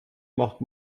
macht